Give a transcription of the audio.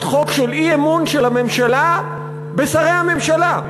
חוק של אי-אמון של הממשלה בשרי הממשלה.